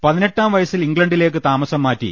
പതിനെട്ടാംവ യസ്സിൽ ഇംഗ്ലണ്ടിലേക്ക് താമസം മാറ്റി